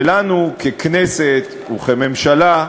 ולנו, ככנסת וכממשלה,